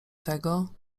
tego